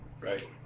Right